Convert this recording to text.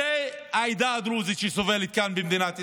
זאת העדה הדרוזית שסובלת כאן במדינת ישראל.